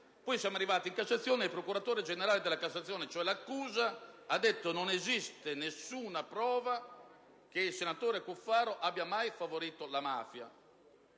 quindi arrivati in Cassazione, e il procuratore generale della Cassazione, cioè l'accusa, ha affermato che non esisteva alcuna prova che il senatore Cuffaro avesse mai favorito la mafia: